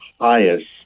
highest